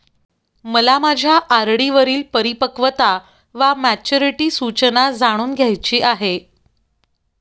मला माझ्या आर.डी वरील परिपक्वता वा मॅच्युरिटी सूचना जाणून घ्यायची आहे